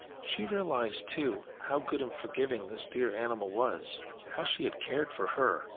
she realized too, how good and forgiving this dear animal was how she had cared for her,